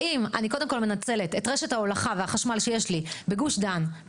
האם אני קודם כל מנצלת את רשת ההולכה והחשמל שיש לי בגוש דן,